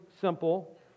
simple